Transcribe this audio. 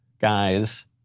guys